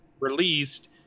released